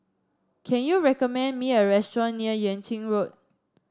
can you recommend me a restaurant near Yuan Ching Road